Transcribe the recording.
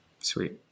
Sweet